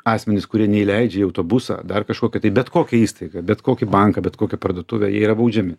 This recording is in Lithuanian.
asmenys kurie neįleidžia į autobusą dar kažkokį tai bet kokią įstaigą bet kokį banką bet kokią parduotuvę jie yra baudžiami